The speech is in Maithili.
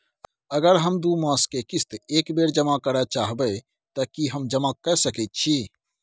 अगर हम दू मास के किस्त एक बेर जमा करे चाहबे तय की हम जमा कय सके छि?